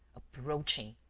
approaching.